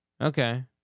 Okay